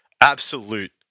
absolute